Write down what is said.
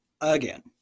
again